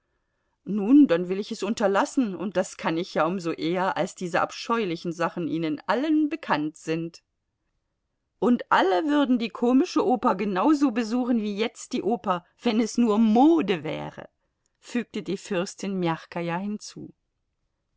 nun dann will ich es unterlassen und das kann ich ja um so eher da diese abscheulichen sachen ihnen allen bekannt sind und alle würden die komische oper genauso besuchen wie jetzt die oper wenn es nur mode wäre fügte die fürstin mjachkaja hinzu